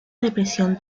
depresión